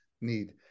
need